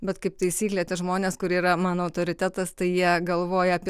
bet kaip taisyklė tie žmonės kur yra mano autoritetas tai jie galvoja apie